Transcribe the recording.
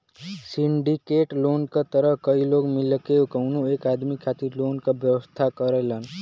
syndicate loan क तहत कई लोग मिलके कउनो एक आदमी खातिर लोन क व्यवस्था करेलन